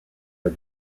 are